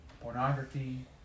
pornography